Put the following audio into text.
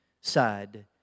side